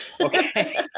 Okay